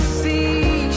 see